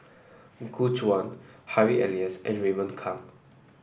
Gu Juan Harry Elias and Raymond Kang